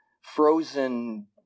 frozen